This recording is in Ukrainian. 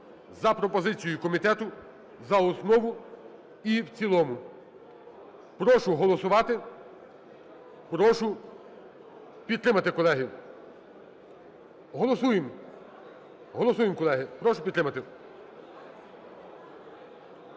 за пропозицією комітету за основу і в цілому. Прошу голосувати. Прошу підтримати, колеги. Голосуємо, голосуємо, колеги. Прошу підтримати.